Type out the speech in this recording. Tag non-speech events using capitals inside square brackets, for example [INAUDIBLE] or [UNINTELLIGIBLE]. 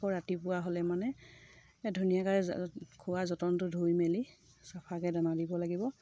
আকৌ ৰাতিপুৱা হ'লে মানে ধুনীয়াকৈ [UNINTELLIGIBLE] খোৱা যতনটো ধুই মেলি চফাকৈ দানা দিব লাগিব